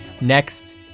Next